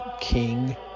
king